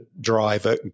driver